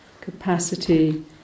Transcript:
capacity